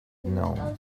known